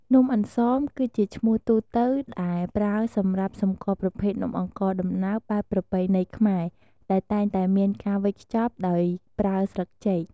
នំអន្សម គឺជាឈ្មោះទូទៅដែលប្រើសម្រាប់សម្គាល់ប្រភេទនំអង្ករដំណើបបែបប្រពៃណីខ្មែរ ដែលតែងតែមានការវេចខ្ចប់ដោយប្រើស្លឹកចេក។